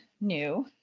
new